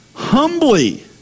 Humbly